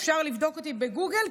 אפשר לבדוק אותי בגוגל,